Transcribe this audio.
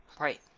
Right